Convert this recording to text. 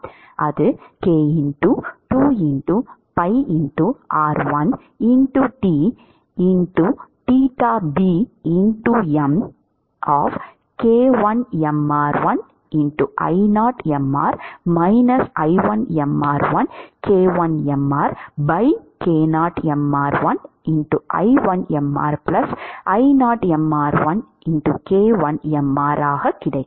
அது k 2pir 1 t ஆக கிடைக்கும்